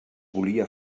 volia